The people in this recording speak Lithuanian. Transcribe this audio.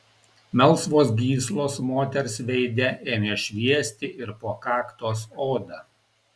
melsvos gyslos moters veide ėmė šviesti ir po kaktos oda